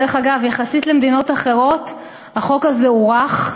דרך אגב, יחסית למדינות אחרות החוק הזה הוא רך.